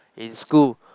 in school